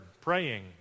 praying